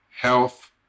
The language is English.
health